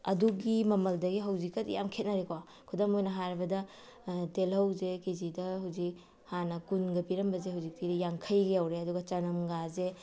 ꯑꯗꯨꯒꯤ ꯃꯃꯜꯗꯒꯤ ꯍꯧꯖꯤꯛꯀꯗꯤ ꯌꯥꯝ ꯈꯦꯠꯅꯔꯦꯀꯣ ꯈꯨꯗꯝ ꯑꯣꯏꯅ ꯍꯥꯏꯔꯕꯗ ꯇꯤꯜꯍꯧꯁꯦ ꯀꯦꯖꯤꯗ ꯍꯧꯖꯤꯛ ꯍꯥꯟꯅ ꯀꯨꯟꯒ ꯄꯤꯔꯝꯕꯁꯦ ꯍꯧꯖꯤꯛꯇꯤ ꯌꯥꯡꯈꯩꯒ ꯌꯧꯔꯦ ꯑꯗꯨꯒ ꯆꯅꯝꯒꯁꯦ